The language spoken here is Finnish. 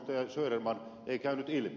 söderman se ei käynyt ilmi